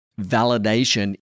validation